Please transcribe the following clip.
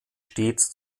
stets